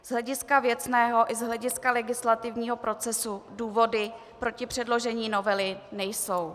Z hlediska věcného i z hlediska legislativního procesu důvody proti předložení novely nejsou.